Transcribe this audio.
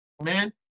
amen